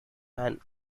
and